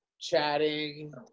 chatting